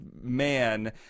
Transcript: man